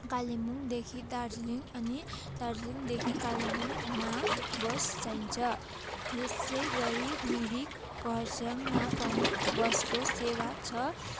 कालेबुङदेखि दार्जिलिङ अनि दार्जिलिङदेखि कालेबुङमा बस चाहिन्छ यसै गरी मिरिक कर्सियङमा पनि बसको सेवा छ